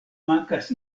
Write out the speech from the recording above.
mankas